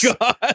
God